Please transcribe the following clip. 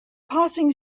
passing